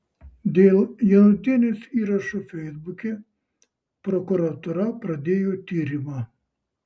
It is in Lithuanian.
dėl janutienės įrašų feisbuke prokuratūra pradėjo tyrimą